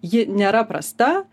ji nėra prasta